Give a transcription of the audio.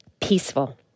peaceful